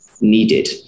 needed